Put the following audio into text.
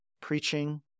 Preaching